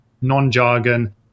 non-jargon